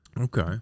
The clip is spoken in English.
Okay